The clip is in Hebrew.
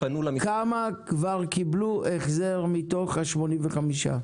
כמה כבר קיבלו החזר מתוך ה-85?